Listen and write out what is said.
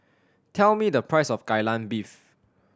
tell me the price of Kai Lan Beef